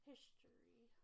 History